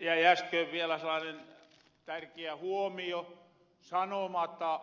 jäi äsken vielä sellaanen tärkiä huomio sanomata